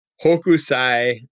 Hokusai